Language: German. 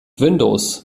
windows